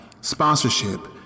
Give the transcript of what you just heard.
sponsorship